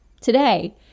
today